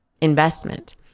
investment